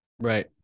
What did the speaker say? Right